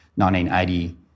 1980